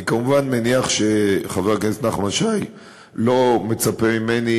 אני כמובן מניח שחבר הכנסת נחמן שי לא מצפה ממני